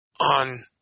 on